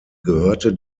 gehörte